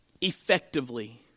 effectively